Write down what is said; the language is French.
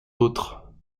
autre